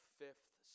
fifth